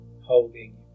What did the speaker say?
holding